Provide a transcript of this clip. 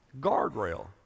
Guardrail